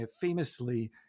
famously